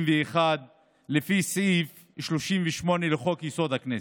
לפי סעיף 38 לחוק-יסוד: הכנסת.